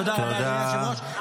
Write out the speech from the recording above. תודה רבה, אדוני היושב-ראש.